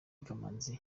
kamanzi